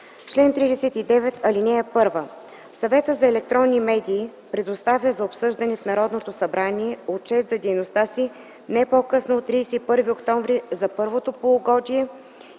„Чл. 39. (1) Съветът за електронни медии представя за обсъждане в Народното събрание отчет за дейността си не по-късно от 31 октомври за първото полугодие